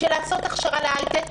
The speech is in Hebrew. של לעשות הכשרה להייטק.